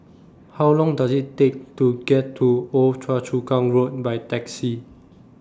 How Long Does IT Take to get to Old Choa Chu Kang Road By Taxi